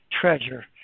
treasure